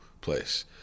place